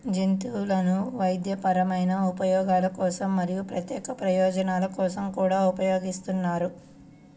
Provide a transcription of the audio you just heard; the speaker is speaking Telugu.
జంతువులను వైద్యపరమైన ఉపయోగాల కోసం మరియు ప్రత్యేక ప్రయోజనాల కోసం కూడా ఉపయోగిస్తారు